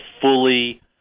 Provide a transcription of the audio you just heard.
fully